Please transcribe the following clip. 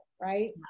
right